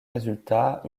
résultat